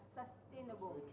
sustainable